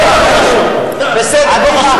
בסדר.